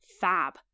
fab